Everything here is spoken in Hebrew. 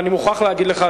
אבל אני מוכרח להגיד לך,